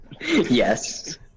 Yes